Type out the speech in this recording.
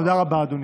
תודה רבה, אדוני.